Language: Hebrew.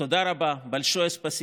תודה רבה.